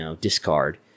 discard